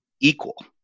equal